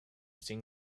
seen